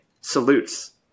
salutes